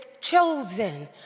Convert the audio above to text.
chosen